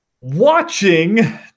Watching